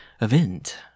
event